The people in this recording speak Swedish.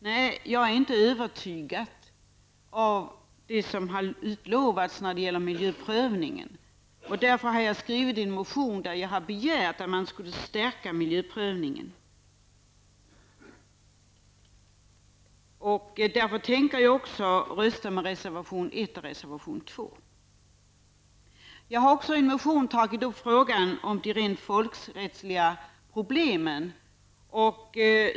Nej, jag är inte övertygad av det som har utlovats när det gäller miljöprövningen. Därför har jag skrivit en motion där jag har begärt att man skall stärka miljöprövningen. Därför tänker jag också rösta med reservation 1 och 2. Jag har också i en motion tagit upp frågan om de rent folkrättsliga problemen.